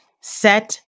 set